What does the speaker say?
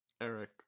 eric